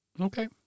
Okay